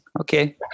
Okay